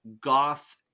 goth